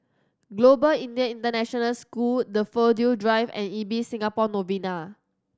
Global Indian International School Daffodil Drive and Ibis Singapore Novena